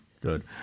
Good